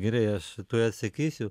gerai aš tuoj atsakysiu